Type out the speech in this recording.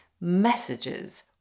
messages